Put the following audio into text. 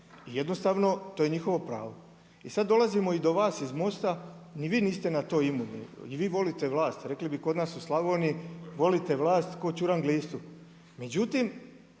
i jednostavno to je njihovo pravo. I sad dolazimo i do vas iz MOST-a, ni vi niste na to imuni. I vi volite vlast, rekli bi kod nas u Slavoniji „Volite vlast kao ćuran glistu.“ Međutim,